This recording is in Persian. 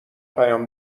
پیام